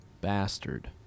Bastard